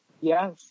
Yes